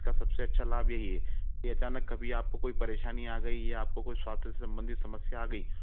इसका सब से अच्छा लाभ यही है कि अचानक कभी आपको कोई परेशानी आ गई या आपको कोई स्वास्थ्य से संबंधित समस्या आ गई